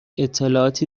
اطلاعاتی